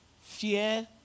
Fear